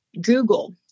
Google